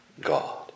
God